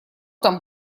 там